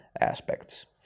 aspects